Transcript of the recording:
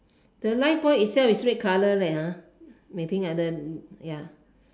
the life buoy itself is red colour leh !huh! Mei-Ting ah the ya